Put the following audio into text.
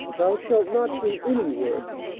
thou shalt not do any work,